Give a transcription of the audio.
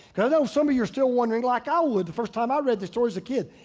cause i know some of you're still wondering like i would the first time i read the story as a kid.